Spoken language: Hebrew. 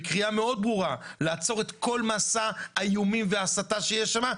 בקריאה מאוד ברורה לעצור את כל מסע האיומים וההסתה שיש שם,